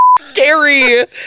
scary